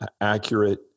accurate